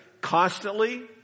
Constantly